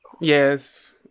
Yes